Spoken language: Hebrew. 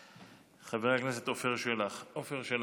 חבר הכנסת עפר שלח, בבקשה.